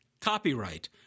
Copyright